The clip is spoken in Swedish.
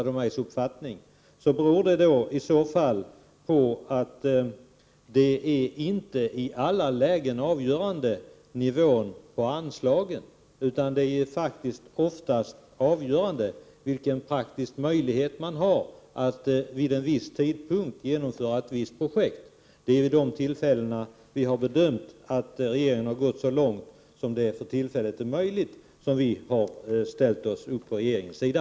Detta beror i så fall på att anslagens nivå inte är avgörande i alla lägen, utan oftast rör det sig faktiskt om vilken praktiskt möjlighet man har att vid en viss tidpunkt genomföra ett visst projekt. Det är vid de tillfällen när vi har bedömt att regeringen har gått så långt det är möjligt, som vi har slutit upp på regeringens sida.